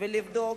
ולבדוק